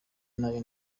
nayo